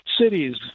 cities